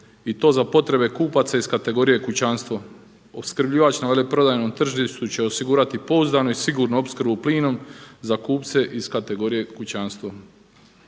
i to za potrebe kupaca iz kategorije kućanstvo. Opskrbljivač na veleprodajnom tržištu će osigurati pouzdano i sigurno opskrbu plinom za kupce iz kategorije kućanstvo.